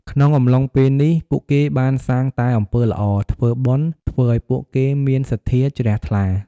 ក្នុងអំឡុងពេលនេះ ពួកគេបានសាងតែអំពើល្អ ធ្វើបុណ្យ ធ្វើឲ្យពួកគេមានសន្ធាជ្រះថ្លា។